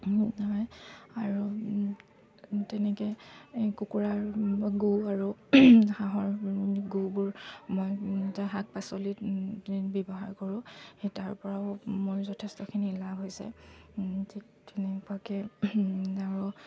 হয় আৰু তেনেকৈ কুকুৰাৰ গু আৰু হাঁহৰ গুবোৰ মই শাক পাচলিত ব্যৱহাৰ কৰোঁ সেই তাৰপৰাও মোৰ যথেষ্টখিনি লাভ হৈছে ঠিক তেনেকুৱাকৈ আৰু